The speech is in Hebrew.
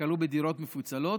הכלוא בדירות מפוצלות,